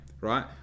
right